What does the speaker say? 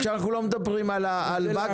עכשיו אנחנו לא מדברים על באקה.